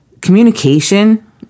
communication